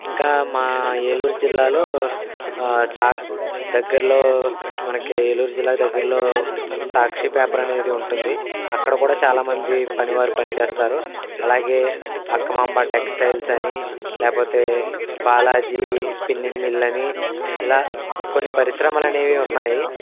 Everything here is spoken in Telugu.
ఇంకా మా ఏలూరు జిల్లాలో సా దగ్గర్లో మనకి ఏలూరు జిల్లా దగ్గర్లో సాక్షి పేపర్ అనేది ఉంటుంది అక్కడ కూడా చాలా మంది పనివారు పనిచేస్తారు అలాగే అక్కమాంబ టెక్స్టైల్స్ అని లేకపోతే బాలాజీ స్పిన్నింగ్ మిల్ అని ఇలా కొన్ని పరిశ్రమలు అనేవి ఉన్నాయి